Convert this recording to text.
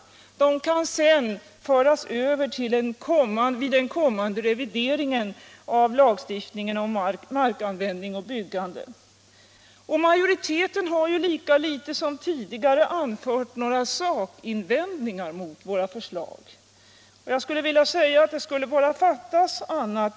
De kan sedan föras över vid den kommande revideringen av lagstiftningen om markanvändning och byggande. Majoriteten har ju lika litet som tidigare anfört några sakinvändningar mot våra förslag. Och jag vill säga att det skulle bara fattas annat.